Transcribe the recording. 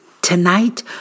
Tonight